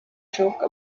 joke